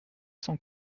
cent